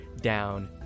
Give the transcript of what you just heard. down